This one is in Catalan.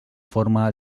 forma